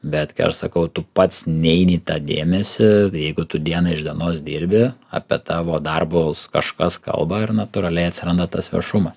bet kai aš sakau tu pats neini į tą dėmesį jeigu tu diena iš dienos dirbi apie tavo darbus kažkas kalba ir natūraliai atsiranda tas viešumas